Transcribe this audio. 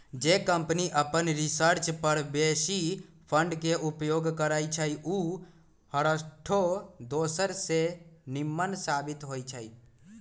जे कंपनी अप्पन रिसर्च पर बेशी फंड के उपयोग करइ छइ उ हरसठ्ठो दोसर से निम्मन साबित होइ छइ